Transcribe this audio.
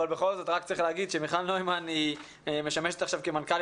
אבל בכל זאת רק צריך להגיד שמיכל נוימן משמשת עכשיו